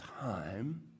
time